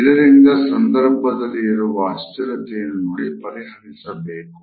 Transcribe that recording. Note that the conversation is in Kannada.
ಇದರಿಂದ ಸಂದರ್ಭದಲ್ಲಿ ಇರುವ ಅಸ್ಥಿರತೆಯನ್ನು ನೋಡಿ ಪರಿಹರಿಸಬೇಕು